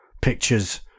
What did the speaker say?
pictures